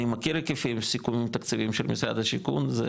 אני מכיר היקפים סיכומים תקציביים של משרד השיכון.